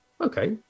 okay